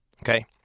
Okay